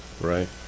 Right